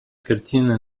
картины